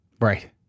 Right